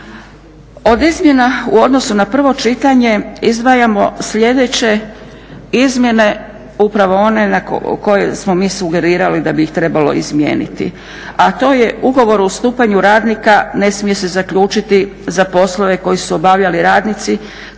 Od izmjena u odnosu na prvo čitanje izdvajamo sljedeće izmjene upravo one koje smo mi sugerirali da bi ih trebalo izmijeniti, a to je ugovor o ustupanju radnika ne smije se zaključiti za poslove koje su obavljali radnici